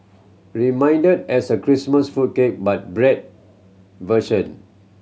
reminded as a Christmas fruit cake but bread version